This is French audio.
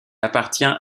appartient